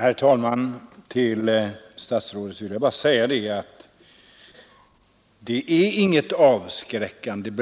Herr talman! Till statsrådet vill jag bara säga att skadeståndsbeloppet inte är avskräckande